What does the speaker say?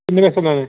किन्नै पैसे लैने